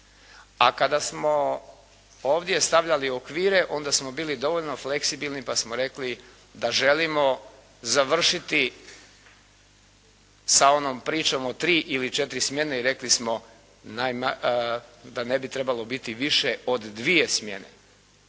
a kada smo ovdje stavljali okvire, onda smo bili dovoljno fleksibilni pa samo rekli da želimo završiti sa onom pričom o 3 ili 4 smjene i rekli smo da ne bi trebalo biti više od 2 smjene.